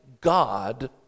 God